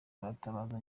baratabaza